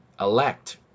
elect